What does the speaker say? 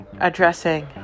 addressing